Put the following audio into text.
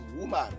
woman